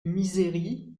misery